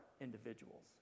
individuals